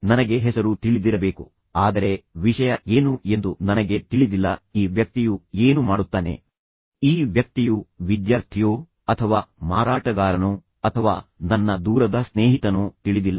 ನನಗೆ ಹೆಸರು ತಿಳಿದಿರಬೇಕು ಆದರೆ ವಿಷಯ ಏನು ಎಂದು ನನಗೆ ತಿಳಿದಿಲ್ಲ ಈ ವ್ಯಕ್ತಿಯು ಏನು ಮಾಡುತ್ತಾನೆ ಈ ವ್ಯಕ್ತಿಯು ವಿದ್ಯಾರ್ಥಿಯೋ ಅಥವಾ ಮಾರಾಟಗಾರನೋ ಅಥವಾ ನನ್ನ ದೂರದ ಸ್ನೇಹಿತನೋ ತಿಳಿದಿಲ್ಲ